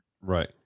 Right